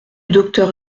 docteur